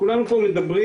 כולנו כאן מדברים,